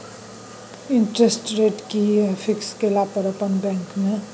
Interest rate कि ये fix केला पर अपन बैंक में?